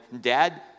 dad